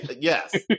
yes